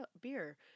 beer